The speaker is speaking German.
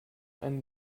eine